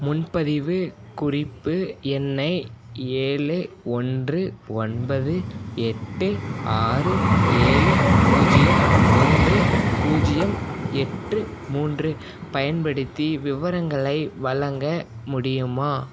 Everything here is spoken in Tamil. முன்பதிவு குறிப்பு எண்ணை ஏழு ஒன்று ஒன்பது எட்டு ஆறு ஏழு பூஜ்ஜியம் மூன்று பூஜ்ஜியம் எட்டு மூன்று பயன்படுத்தி விவரங்களை வழங்க முடியுமா